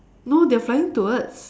no they are flying towards